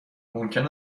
ممکن